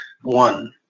one